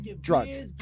drugs